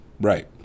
right